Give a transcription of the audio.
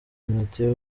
matteo